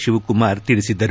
ಶಿವಕುಮಾರ್ ತಿಳಿಸಿದರು